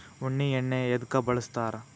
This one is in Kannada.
ಉಣ್ಣಿ ಎಣ್ಣಿ ಎದ್ಕ ಬಳಸ್ತಾರ್?